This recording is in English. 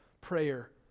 prayer